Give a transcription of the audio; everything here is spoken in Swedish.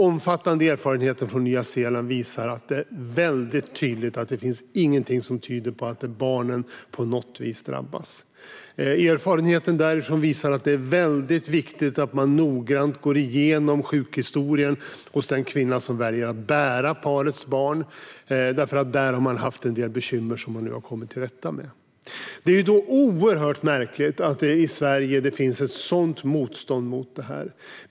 Omfattande erfarenheter från Nya Zeeland visar tydligt att det inte finns någonting som tyder på att barnen på något vis drabbas. Erfarenheten därifrån visar att det är viktigt att man noggrant går igenom sjukhistorien hos den kvinna som väljer att bära parets barn, för där har man haft en del bekymmer som man nu har kommit till rätta med. Det är då oerhört märkligt att det i Sverige finns ett sådant motstånd mot det här.